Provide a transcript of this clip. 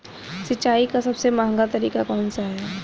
सिंचाई का सबसे महंगा तरीका कौन सा है?